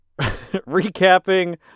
recapping